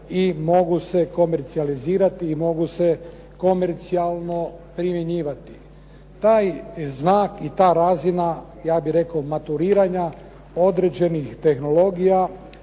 i mogu se komercijalizirati i mogu se komercijalno primjenjivati. Taj znak i ta razina, ja bih rekao, maturiranja određenih tehnologija